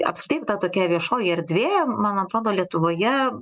apskritai ta tokia viešoji erdvė man atrodo lietuvoje